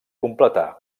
completar